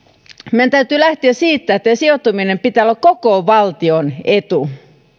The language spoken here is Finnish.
meidän täytyy lähteä siitä että sijoittumisen pitää olla koko valtion etu